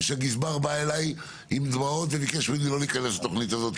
ושהגזבר בא אליי עם דמעות וביקש ממני לא להיכנס לתוכנית הזאת,